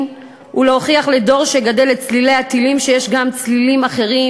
ולהוכיח לדור שגדל לצלילי הטילים שיש גם צלילים אחרים,